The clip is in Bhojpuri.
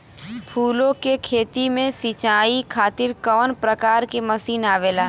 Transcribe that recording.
फूलो के खेती में सीचाई खातीर कवन प्रकार के मशीन आवेला?